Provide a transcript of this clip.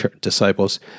disciples